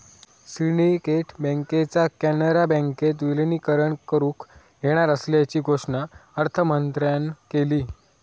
syndicate बँकेचा कॅनरा बँकेत विलीनीकरण करुक येणार असल्याची घोषणा अर्थमंत्र्यांन केली